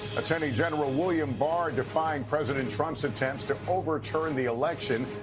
attorney general william barr defying president trump's attempts to overturn the election.